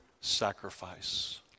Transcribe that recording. sacrifice